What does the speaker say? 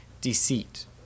deceit